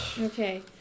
Okay